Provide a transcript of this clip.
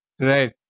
Right